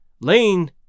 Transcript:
Lane